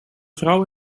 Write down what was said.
vrouw